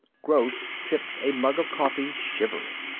gross sipped a mug of coffee, shivering.